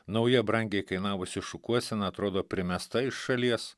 nauja brangiai kainavusi šukuosena atrodo primesta iš šalies